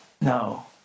No